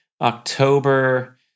October